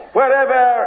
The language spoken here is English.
wherever